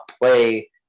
play